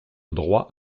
droit